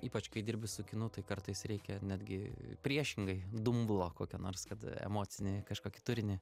ypač kai dirbi su kinu tai kartais reikia netgi priešingai dumblo kokio nors kad emocinį kažkokį turinį